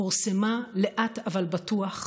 כורסמו, לאט אבל בטוח,